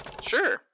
sure